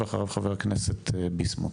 ואחריו חבר הכנסת ביסמוט.